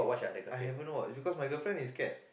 I haven't watch because my girlfriend is scared